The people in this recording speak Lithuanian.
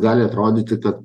gali atrodyti kad